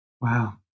Wow